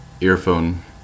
earphone